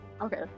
Okay